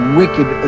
wicked